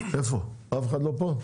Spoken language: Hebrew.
אף אחד לא פה?